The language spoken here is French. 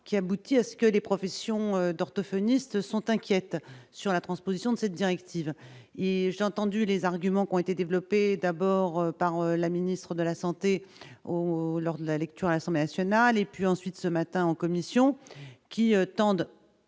qui aboutit à ce que les professions d'orthophonistes sont inquiète sur la transposition de cette directive et j'ai entendu les arguments qui ont été développé d'abord par la ministre de la Santé au lors de la lecture à l'Assemblée nationale et puis ensuite ce matin en commission qui tendent